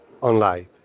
online